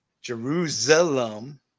Jerusalem